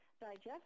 digest